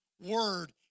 word